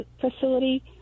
facility